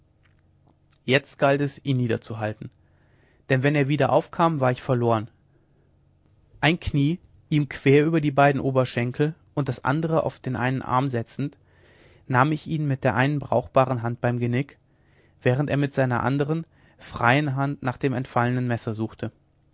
jetzt galt es ihn nieder zu halten denn wenn er wieder aufkam war ich verloren ein knie ihm quer über die beiden oberschenkel und das andere auf den einen arm setzend nahm ich ihn mit der einen brauchbaren hand beim genick während er mit seiner andern freien hand nach dem entfallenen messer suchte